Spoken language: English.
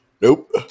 Nope